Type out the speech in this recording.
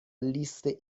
لیست